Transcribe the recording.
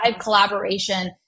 collaboration